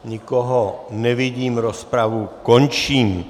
Nikoho nevidím, rozpravu končím.